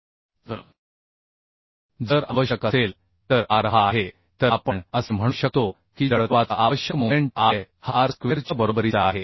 तर जर आवश्यक असेल तर R हा आहे तर आपण असे म्हणू शकतो की जडत्वाचा आवश्यक मोमेंट I हा आर स्क्वेअरच्या बरोबरीचा आहे